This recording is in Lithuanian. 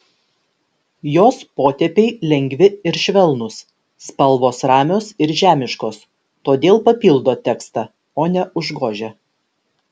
jos potėpiai lengvi ir švelnūs spalvos ramios ir žemiškos todėl papildo tekstą o ne užgožia